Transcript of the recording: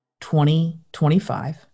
2025